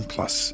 Plus